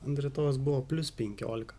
ant rytojaus buvo plius penkiolika